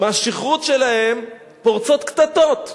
מהשכרות שלהם פורצות קטטות,